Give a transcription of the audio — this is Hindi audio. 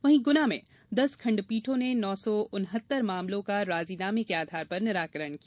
वहीं गुना में दस खण्डपीठों ने नौ सौ उनहत्तर मामलों का राजीनामे के आधार पर निराकरण किया